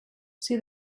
see